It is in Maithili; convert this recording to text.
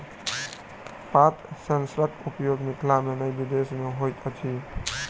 पात सेंसरक उपयोग मिथिला मे नै विदेश मे होइत अछि